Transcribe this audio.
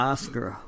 Oscar